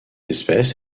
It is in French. espèce